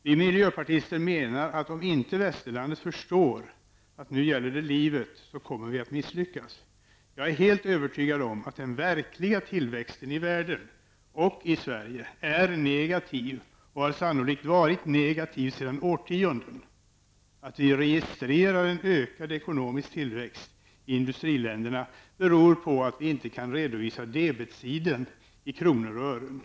Vi miljöpartister menar att om inte västerlandet förstår att det nu gäller livet, kommer vi att misslyckas. Jag är helt övertygad om att den verkliga tillväxten i världen och i Sverige är negativ, och den har sannolikt varit negativ sedan årtionden. Att vi registrerar en ökad ekonomisk tillväxt i industriländerna beror på att vi inte kan redovisa debetsidan i kronor och ören.